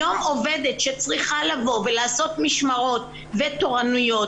היום עובדת שצריכה לבוא ולעשות משמרות ותורנויות